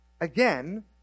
Again